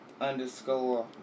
underscore